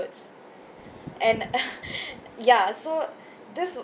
and ya so this was